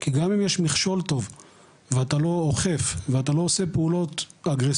כי גם אם יש מכשול טוב ואתה לא אוכף ואתה לא עושה פעולות אגרסיביות,